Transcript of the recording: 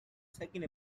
second